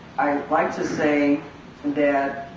i like to say that